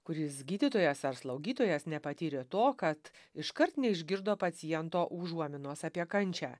kuris gydytojas ar slaugytojas nepatyrė to kad iškart neišgirdo paciento užuominos apie kančią